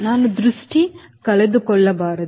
ನಾವು ದೃಷ್ಟಿ ಕಳೆದುಕೊಳ್ಳಬಾರದು